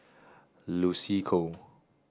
Lucy Koh